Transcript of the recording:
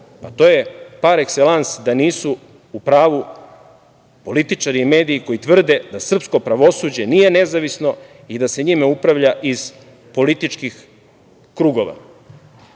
Pa, to je parekselans da nisu u pravu političari i mediji koji tvrde da srpsko pravosuđe nije nezavisno i da se njime upravlja iz političkih krugova.